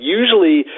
usually